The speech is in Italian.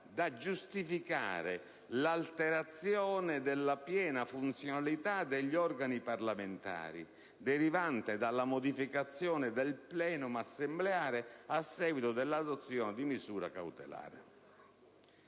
da giustificare l'alterazione della piena funzionalità degli organi parlamentari derivante dalla modificazione del *plenum* assembleare a seguito dell'adozione di misura cautelare.